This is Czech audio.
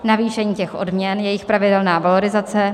Navýšení odměn, jejich pravidelná valorizace.